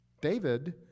David